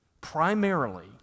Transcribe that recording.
primarily